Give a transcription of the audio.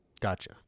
Gotcha